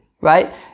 Right